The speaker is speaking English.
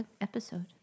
episode